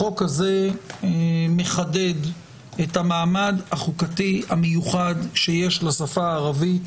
החוק הזה מחדד את המעמד המיוחד שיש לשפה הערבית,